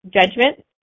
judgment